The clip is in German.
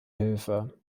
hilfe